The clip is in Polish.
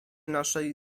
naszej